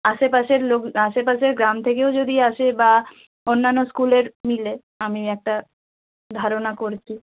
আশেপাশের লোক আশেপাশের গ্রাম থেকেও যদি আসে বা অন্যান্য স্কুলের মিলে আমি একটা ধারনা করছি